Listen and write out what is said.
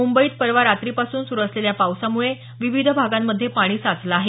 मुंबईत परवा रात्रीपासून सुरु असलेल्या पावसामुळे विविध भागांमध्ये पाणी साचलं आहे